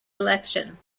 election